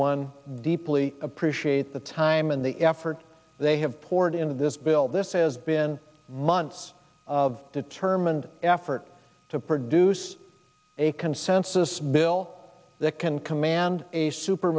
one deeply appreciate the time and the effort they have poured into this bill this has been months of determined effort to produce a consensus bill that can command a super